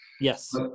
Yes